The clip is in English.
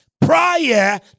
prior